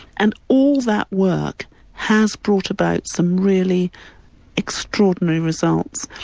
and all that work has brought about some really extraordinary results.